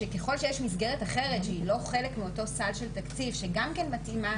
שככל שיש מסגרת אחרת שהיא לא חלק מאותו סל של תקציב שגם כן מתאימה,